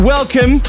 Welcome